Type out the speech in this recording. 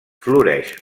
floreix